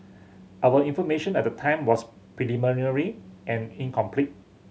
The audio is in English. our information at the time was preliminary and incomplete